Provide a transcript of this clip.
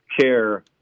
care